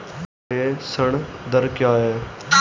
प्रेषण दर क्या है?